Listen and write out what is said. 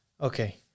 Okay